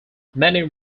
many